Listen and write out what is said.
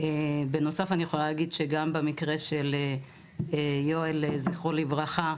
בנוסף אני יכולה להגיד שגם במקרה של יואל זכרו לברכה,